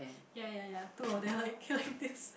ya ya ya two of them like can like this